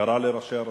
קרא לראשי הרשויות,